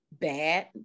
bad